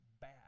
bad